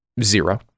Zero